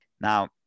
Now